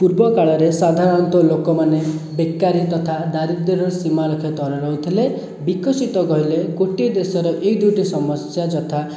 ପୂର୍ବ କାଳରେ ସାଧାରଣତଃ ଲୋକମାନେ ବେକାରୀ ତଥା ଦାରିଦ୍ର୍ୟର ସୀମାରେଖା ତଳେ ରହୁଥିଲେ ବିକଶିତ କହିଲେ ଗୋଟିଏ ଦେଶର ଏଇ ଦୁଇଟି ସମସ୍ୟା ଯଥା